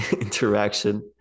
interaction